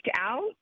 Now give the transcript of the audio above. out